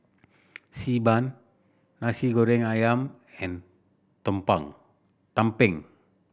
Xi Ban Nasi Goreng Ayam and tumpeng